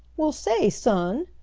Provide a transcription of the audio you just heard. well, say, son!